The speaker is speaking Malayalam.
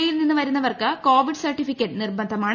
ഇ യിൽ നിന്ന് വരുന്നവർക്ക് കോവിഡ് സർട്ടിഫിക്കറ്റ് നിർബന്ധമാണ്